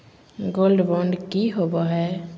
Gold bond की होबो है?